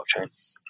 blockchain